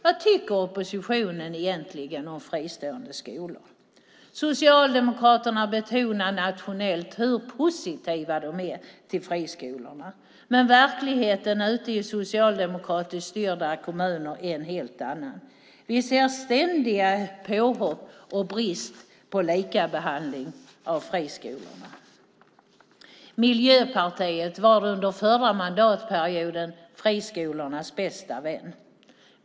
Vad tycker oppositionen egentligen om fristående skolor? Socialdemokraterna betonar nationellt hur positiva de är till friskolorna, men verkligheten ute i socialdemokratiskt styrda kommuner än en helt annan. Vi ser ständiga påhopp och brist på likabehandling av friskolorna. Miljöpartiet var under förra mandatperioden friskolornas bästa vän.